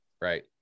Right